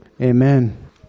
Amen